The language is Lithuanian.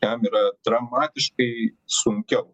ten yra dramatiškai sunkiau